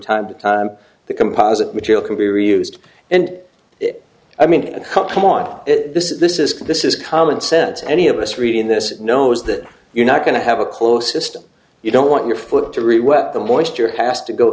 time to time the composite material can be reused and it i mean come on this is this is this is common sense any of us reading this knows that you're not going to have a close system you don't want your foot to